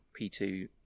P2